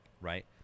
Right